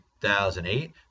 2008